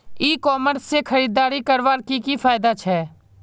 ई commerce से खरीदारी करवार की की फायदा छे?